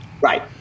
right